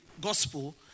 gospel